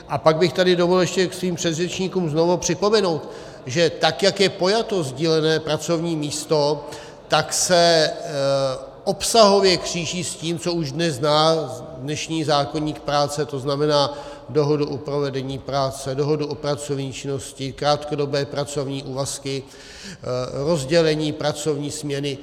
A pak bych si tady dovolil ještě k svým předřečníkům znovu připomenout, že tak jak je pojato sdílené pracovní místo, tak se obsahově kříží s tím, co už dnes zná dnešní zákoník práce, to znamená dohodu o provedení práce, dohodu o pracovní činnosti, krátkodobé pracovní úvazky, rozdělení pracovní směny.